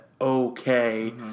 okay